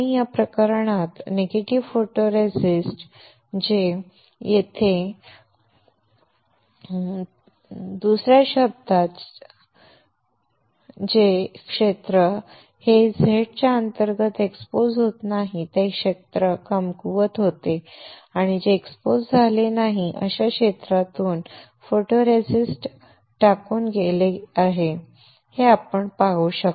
या प्रकरणात negative photoresist जे क्षेत्र हे Z च्या अंतर्गत एक्सपोज नाही ते क्षेत्र कमकुवत होते जे एक्सपोज झाले नाही अशा क्षेत्रातून फोटोरेसिस्ट काढून टाकले गेले आहे हे आपण पाहू शकता